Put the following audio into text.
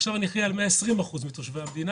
עכשיו אני אחראי על 120% מתושבי המדינה